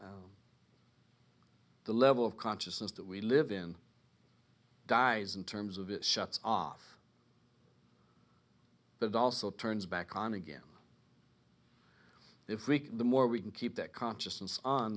the level of consciousness that we live in dies in terms of it shuts off but it also turns back on again if we the more we can keep that consciousness on